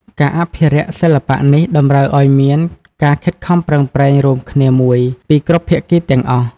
ការអភិរក្សសិល្បៈនេះតម្រូវឱ្យមានការខិតខំប្រឹងប្រែងរួមគ្នាមួយពីគ្រប់ភាគីទាំងអស់។